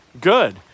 Good